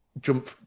jump